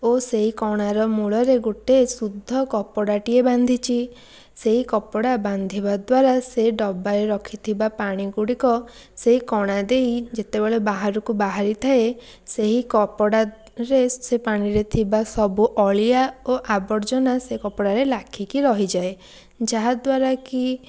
ଓ ସେଇ କଣାର ମୂଳରେ ଗୋଟେ ଶୁଦ୍ଧ କପଡ଼ାଟିଏ ବାନ୍ଧିଛି ସେଇ କପଡ଼ା ବାନ୍ଧିବାଦ୍ୱାରା ସେଇ ଡ଼ବାରେ ରଖିଥିବା ପାଣିଗୁଡ଼ିକ ସେଇ କଣା ଦେଇ ଯେତେବେଳେ ବାହାରକୁ ବାହାରିଥାଏ ସେହି କପଡ଼ାରେ ସେ ପାଣିରେ ଥିବା ସବୁ ଅଳିଆ ଓ ଆବର୍ଜନା ସେ କପଡ଼ାରେ ଲାଖିକି ରହିଯାଏ ଯାହାଦ୍ୱାରା କି